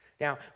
Now